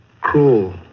cruel